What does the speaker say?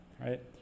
right